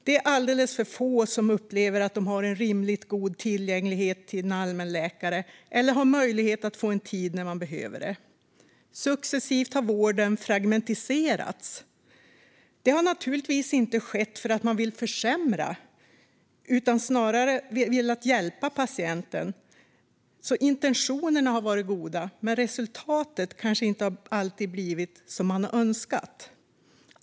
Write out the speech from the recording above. Det är alldeles för få som upplever att de har en rimligt god tillgänglighet till en allmänläkare eller har möjlighet att få en tid när de behöver det. Successivt har vården fragmentiserats. Det har naturligtvis inte skett för att man vill försämra något, utan snarare har man velat hjälpa patienten. Intentionerna har alltså varit goda, men resultatet har kanske inte alltid blivit som man önskat.